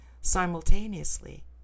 simultaneously